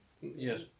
Yes